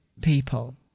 people